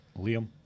Liam